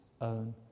own